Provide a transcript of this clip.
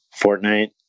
Fortnite